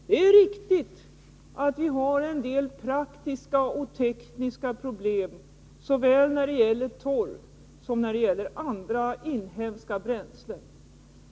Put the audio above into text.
Det är riktigt att vi har en del praktiska och tekniska problem såväl när det gäller torv som när det gäller andra inhemska bränslen.